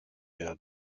werden